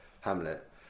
Hamlet